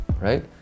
right